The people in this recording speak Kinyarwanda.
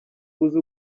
uzi